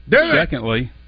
Secondly